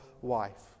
wife